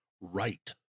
right